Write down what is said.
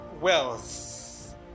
wealth